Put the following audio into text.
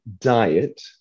diet